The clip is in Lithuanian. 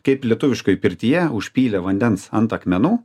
kaip lietuviškoj pirtyje užpylę vandens ant akmenų